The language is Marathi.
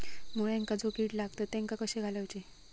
मुळ्यांका जो किडे लागतात तेनका कशे घालवचे?